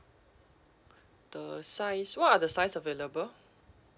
the size what are the size available